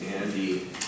Andy